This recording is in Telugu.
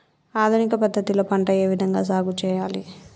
ఆధునిక పద్ధతి లో పంట ఏ విధంగా సాగు చేయాలి?